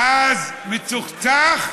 ואז, מצוחצח,